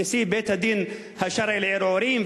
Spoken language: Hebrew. נשיא בית-הדין השרעי לערעורים,